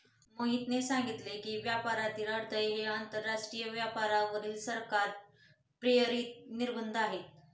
मोहितने सांगितले की, व्यापारातील अडथळे हे आंतरराष्ट्रीय व्यापारावरील सरकार प्रेरित निर्बंध आहेत